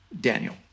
Daniel